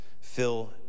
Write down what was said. fill